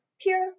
pure